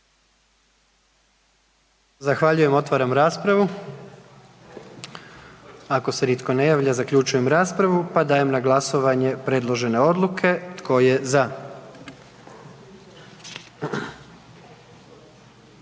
Zahvaljujem. Otvaram raspravu. Ako se nitko ne javlja, zaključujem raspravu pa dajem na glasovanje predložene odluke. Tko je za?